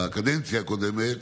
בקדנציה הקודמת,